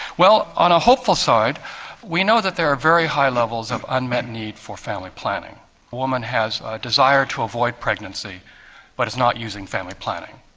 well, on a hopeful side we know that there are very high levels of unmet need for family planning. a woman has a desire to avoid pregnancy but is not using family planning,